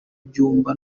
byumba